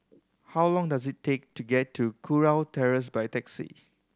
how long does it take to get to Kurau Terrace by taxi